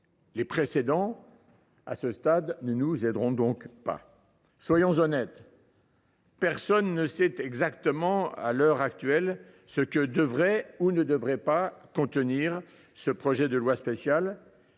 Les précédents ne nous aideront donc pas. Soyons honnêtes : personne ne sait à l’heure actuelle ce que devrait ou ne devrait pas contenir ce projet de loi spéciale,